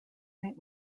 saint